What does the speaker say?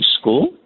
school